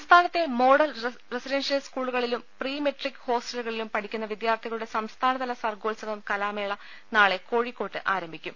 സംസ്ഥാനത്തെ model residential സ്കൂളുകളിലും pre metric ഹോസ്റ്റലുകളിലും പഠിക്കുന്ന വിദ്യാർത്ഥികളുടെ സംസ്ഥാനതല സർഗോത്സവം കലാമേള നാളെ കോഴിക്കോട്ട് ആരംഭിക്കും